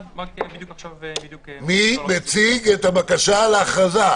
מי מציג את הבקשה להכרזה?